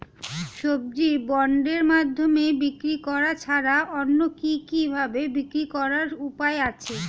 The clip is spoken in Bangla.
সবজি বন্ডের মাধ্যমে বিক্রি করা ছাড়া অন্য কি কি ভাবে বিক্রি করার উপায় আছে?